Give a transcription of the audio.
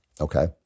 Okay